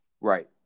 Right